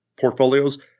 portfolios